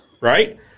Right